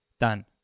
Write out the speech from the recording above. done